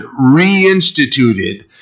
reinstituted